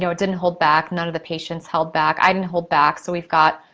didn't hold back, none of the patients held back, i didn't hold back. so, we've got